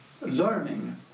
learning